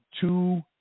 two –